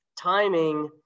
timing